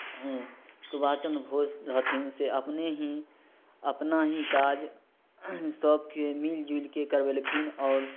सुभाष चन्द्र बोस रहथिन से अपने ही अपना ही काज सबके मिल जुलिके करवेलखिन आओर